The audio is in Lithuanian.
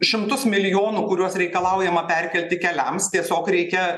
šimtus milijonų kuriuos reikalaujama perkelti keliams tiesiog reikia